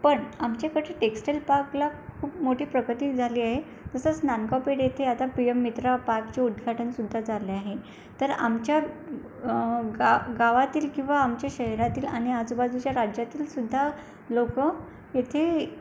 पण आमच्याकडे टेक्सटाईल पार्कला खूप मोठी प्रगती झाली आहे तसंच नांदगाव पेठ येथे आता पी यम मित्रा पार्कचे उद्घाटनसुद्धा झाले आहे तर आमच्या गा गावातील किंवा आमच्या शहरातील आणि आजूबाजूच्या राज्यातीलसुद्धा लोकं येथे